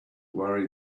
worry